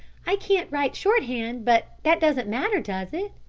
i can't write shorthand, but that doesn't matter, does it?